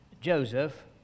Joseph